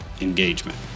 engagement